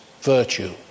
virtue